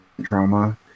drama